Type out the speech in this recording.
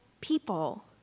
people